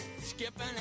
Skipping